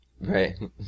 Right